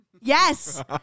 Yes